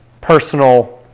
personal